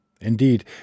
Indeed